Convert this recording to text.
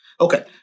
Okay